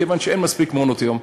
כיוון שאין מספיק מעונות-יום,